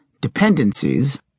dependencies